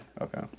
Okay